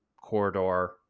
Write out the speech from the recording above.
corridor